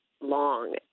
long